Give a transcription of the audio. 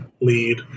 lead